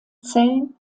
zell